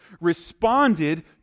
responded